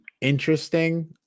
interesting